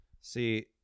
See